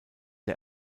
der